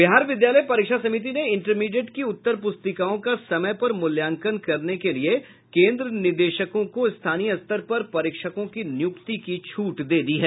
बिहार विद्यालय परीक्षा समिति ने इंटरमीडिएट की उत्तर प्रस्तिकाओं का समय पर मुल्यांकन करने के लिए कोन्द्र निदेशकों को स्थानीय स्तर पर परीक्षकों की नियुक्ति की छूट दे दी है